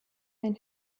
ein